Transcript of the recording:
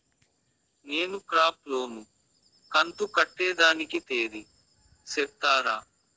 నేను crop loan కంతు కట్టేదానికి తేది సెప్తారా?